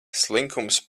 slinkums